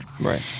Right